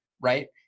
right